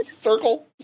circle